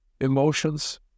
emotions